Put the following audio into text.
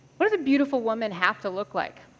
what does a beautiful woman have to look like?